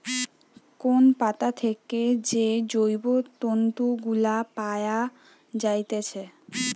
কোন পাতা থেকে যে জৈব তন্তু গুলা পায়া যাইতেছে